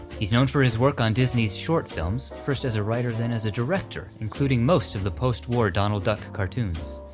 he's known for his work on disney's short films, first as ah writer, then as a director, including most of the post-war donald duck cartoons.